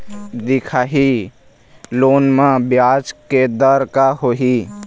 दिखाही लोन म ब्याज के दर का होही?